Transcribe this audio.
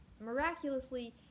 miraculously